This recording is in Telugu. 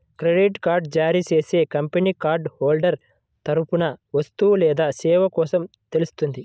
క్రెడిట్ కార్డ్ జారీ చేసే కంపెనీ కార్డ్ హోల్డర్ తరపున వస్తువు లేదా సేవ కోసం చెల్లిస్తుంది